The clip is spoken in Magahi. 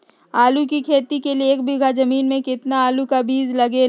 आलू की खेती के लिए एक बीघा जमीन में कितना आलू का बीज लगेगा?